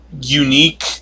unique